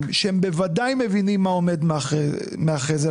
שהם בוודאי מבינים מה עומד מאחורי זה.